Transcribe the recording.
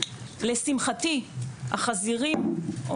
לשמחתי החזירים,